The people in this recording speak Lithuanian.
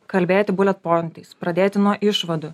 kalbėti bulet pointais pradėti nuo išvadų